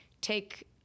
take